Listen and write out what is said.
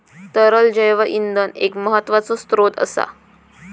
तरल जैव इंधन एक महत्त्वाचो स्त्रोत असा